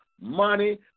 money